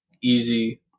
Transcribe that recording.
easy